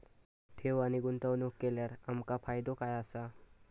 ठेव आणि गुंतवणूक केल्यार आमका फायदो काय आसा?